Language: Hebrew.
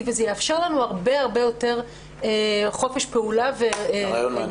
וזה יאפשר לנו הרבה יותר חופש פעולה וגמישות.